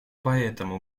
поэтому